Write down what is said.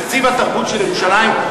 תקציב התרבות של ירושלים,